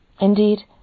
Indeed